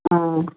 ஆ